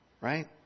Right